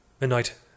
Midnight